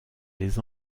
les